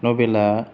नभेला